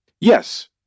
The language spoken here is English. Yes